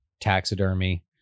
taxidermy